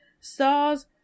stars